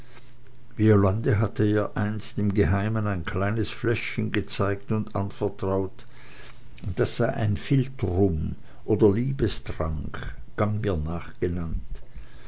violande hatte ihr einst im geheimen ein kleines fläschchen gezeigt und anvertraut das sei ein philtrum oder liebestrank gang mir nach